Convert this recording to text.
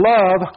Love